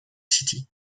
city